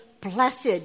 Blessed